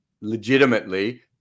legitimately